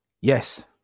Yes